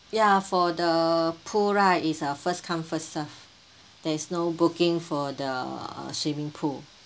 ya for the pool right is a first come first serve there is no booking for the uh swimming pool